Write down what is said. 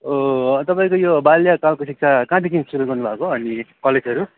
ओ तपाईँको यो बाल्यकालको शिक्षा कहाँदेखि सुरु गर्नुभएको अनि कलेजहरू